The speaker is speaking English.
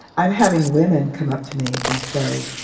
i'm having women come up to me and say,